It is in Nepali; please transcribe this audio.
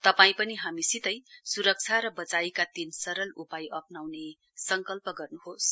तपाईं पनि हामीसितै सुरक्षा र बचाइका तीन सरल उपाय अप्नाउने संकल्प गर्नुहोस्